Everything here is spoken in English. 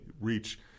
reach